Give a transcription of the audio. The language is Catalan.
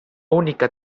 única